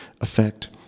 effect